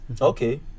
Okay